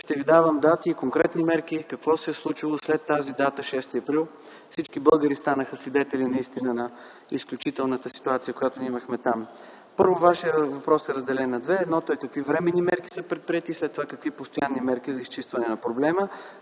ще ви давам дати и конкретни мерки, какво се е случило след тази дата – 6 април. Всички българи станаха свидетели на изключителната ситуация, която ние имахме там. Вашият въпрос е разделен на две. Едната част е – какви временни мерки са предприети, и след това – какви постоянни мерки за изчистване на проблема.